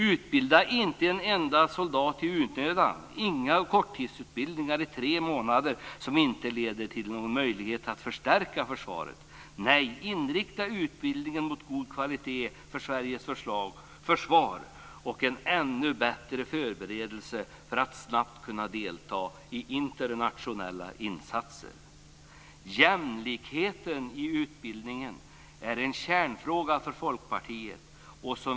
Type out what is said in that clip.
Utbilda inte en enda soldat i onödan, inga korttidsutbildningar i tre månader som inte leder till någon möjlighet att förstärka försvaret! Nej, inrikta utbildningen mot god kvalitet för Sveriges försvar och en ännu bättre förberedelse för att snabbt kunna delta i internationella insatser! Jämlikheten i utbildningen är en kärnfråga för Folkpartiet.